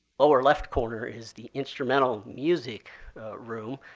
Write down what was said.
lower left corner is the instrumental music room.